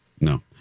No